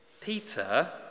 Peter